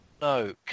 No